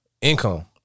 income